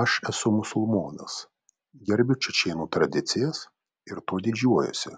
aš esu musulmonas gerbiu čečėnų tradicijas ir tuo didžiuojuosi